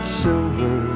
silver